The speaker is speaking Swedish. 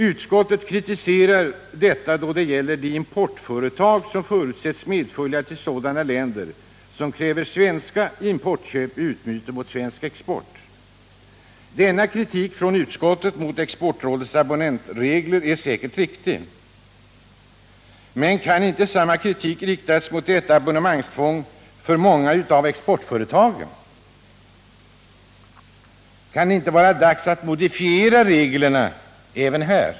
Utskottet kritiserar detta då det gäller de importföretag, som förutsätts medfölja till sådana länder som kräver svenska inköp i utbyte mot svensk export. Denna kritik från utskottet mot Exportrådets abonnentregler är säkert riktig. Men kan inte samma kritik riktas mot detta abonnemangstvång för många av exportföretagen? Kan det inte vara dags att modifiera reglerna även där?